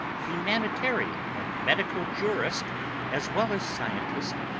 humanitarian and medico-jurist as well as scientist,